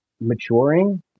maturing